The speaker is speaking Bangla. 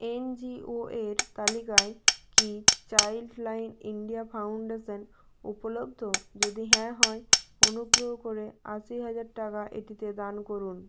এনজিও এর তালিকায় কি চাইল্ড লাইন ইন্ডিয়া ফাউন্ডেশান উপলব্ধ যদি হ্যাঁ হয় অনুগ্রহ করে আশি হাজার টাকা এটিতে দান করুন